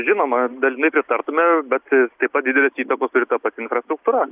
žinoma dalinai pritartume bet taip pat didelės įtakos turi ir ta pati infrastruktūra